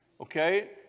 Okay